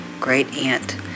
great-aunt